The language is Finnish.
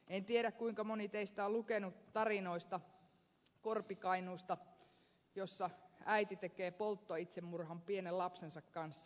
en tiedä kuinka moni teistä on lukenut tarinoita korpi kainuusta jossa äiti tekee polttoitsemurhan pienen lapsensa kanssa